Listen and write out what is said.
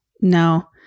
no